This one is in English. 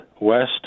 west